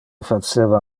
faceva